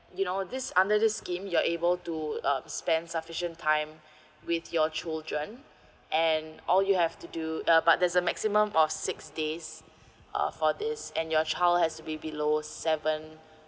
you know this under this scheme you're able to uh spend sufficient time with your children and all you have to do uh but there's a maximum of six days uh for this and your child has to be below seven